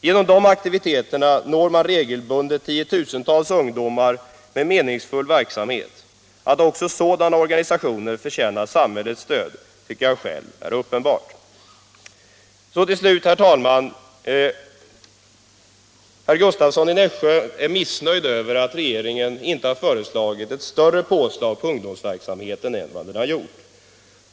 Genom dessa aktiviteter når man regelbundet tiotusentals ungdomar med meningsfull verksamhet. Jag tycker själv att det är uppenbart att också sådana organisationer förtjänar samhällets stöd. Till slut, herr talman: Herr Gustavsson i Nässjö är missnöjd över att regeringen inte föreslår ett större påslag på ungdomsverksamheten än den gör.